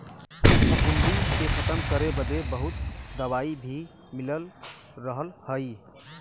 फफूंदी के खतम करे बदे बहुत दवाई भी मिल रहल हई